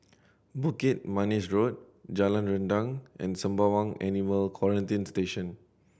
Bukit Manis Road Jalan Rendang and Sembawang Animal Quarantine Station